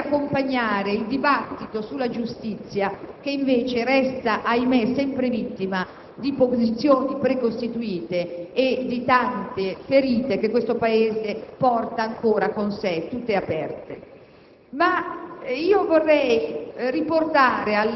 qui, come nell'altro ramo del Parlamento, dovrebbero accompagnare il dibattito sulla giustizia che invece resta, ahimè, sempre vittima di posizioni precostituite e di tante ferite che il Paese porta ancora con sé, tutte aperte.